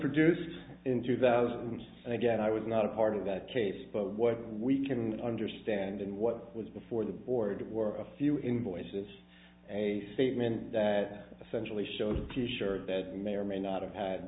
produced in two thousand and again i was not a part of that case but what we can understand and what was before the board were a few invoices a statement that essentially shows a piece sure that may or may not have had